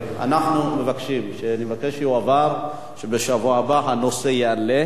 שבשבוע הבא הנושא יהיה הנושא הראשון שיעלה על-סדר-היום בשבוע הבא.